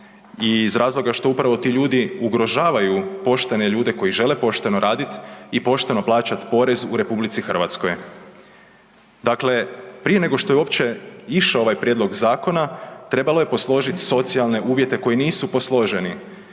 i iz razloga što upravo ti ljudi ugrožavaju poštene ljude koji žele pošteno raditi i pošteno plaćati porez u RH. Dakle, prije nego što je uopće išao ovaj prijedlog zakona, trebalo je posložiti socijalne uvjete koji nisu posloženi.